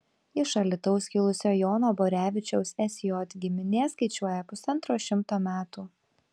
iš alytaus kilusio jono borevičiaus sj giminė skaičiuoja pusantro šimto metų